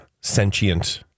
sentient